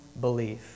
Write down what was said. belief